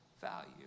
value